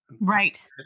right